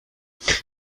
vous